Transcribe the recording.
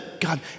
God